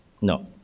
No